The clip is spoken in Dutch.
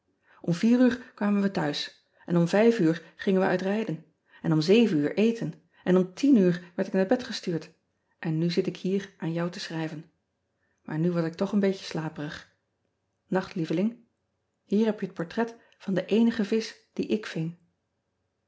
m uur kwamen we thuis en om uur gingen we uit rijden en om uur eten en om uur werd ik naar bed gestuurd en nu zit ik hier aan jou te schrijven aar nu word ik toch een beetje slaperig acht lieveling ier heb je het portret van den eenigen visch dien ik ving